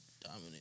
dominant